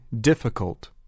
difficult